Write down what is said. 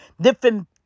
different